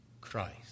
Christ